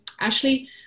Ashley